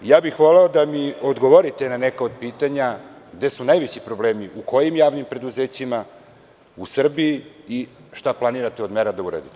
Voleo bih da mi odgovorite na neka od pitanja, gde su najveći problemi u kojim javnim preduzećima u Srbiji i šta planirate od mera da uradite.